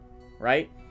Right